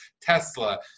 Tesla